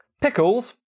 pickles